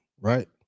Right